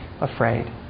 afraid